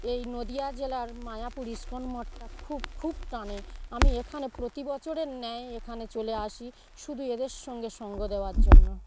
এই নদীয়া জেলার মায়াপুর ইস্কন মঠটা খুব খুব টানে আমি এখানে প্রতি বছরের ন্যায় এখানে চলে আসি শুধু এদের সঙ্গে সঙ্গ দেওয়ার জন্য